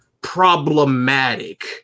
problematic